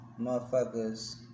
motherfuckers